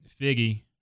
Figgy